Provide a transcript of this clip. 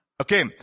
Okay